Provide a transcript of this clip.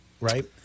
right